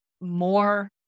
more